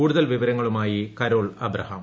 കൂടുതൽ വിവരങ്ങളുമായി ക്രോൾ എബ്രഹാം